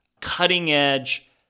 cutting-edge